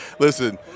Listen